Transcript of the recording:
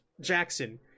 Jackson